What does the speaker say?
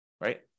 right